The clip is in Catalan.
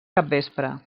capvespre